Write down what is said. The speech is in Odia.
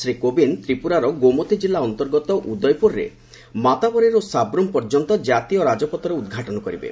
ଶ୍ରୀ କୋବିନ୍ଦ ତ୍ରିପୁରାର ଗୋମତି କିଲ୍ଲା ଅନ୍ତର୍ଗତ ଉଦୟପୁରରେ ମାତାବରିରୁ ସାବ୍ରମ୍ ପର୍ଯ୍ୟନ୍ତ କାତୀୟ ରାଜପଥର ଉଦ୍ଘାଟନ କରିବେ